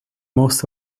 most